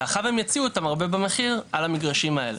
ועכשיו הם יציעו את המרבה במחיר על המגרשים האלה.